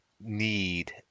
need